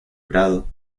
prado